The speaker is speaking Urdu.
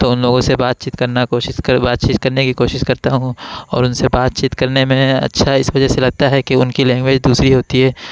تو ان لوگوں سے بات چیت کرنا کوشش کر بات چیت کرنے کی کوشش کرتا ہوں اور ان سے بات چیت کرنے میں اچھا اس وجہ سے لگتا ہے کہ ان کی لینگویج دوسری ہوتی ہے